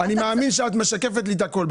אני מאמין שאת משקפת לי את הכול,